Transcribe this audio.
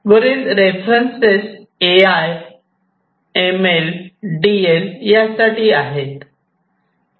वरील references A I M L D L साठी आहेत